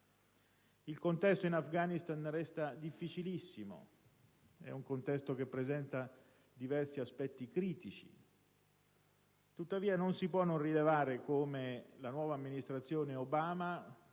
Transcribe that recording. Il contesto in Afghanistan resta difficilissimo e presenta diversi aspetti critici. Tuttavia, non si può non rilevare come la nuova amministrazione Obama,